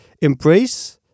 embrace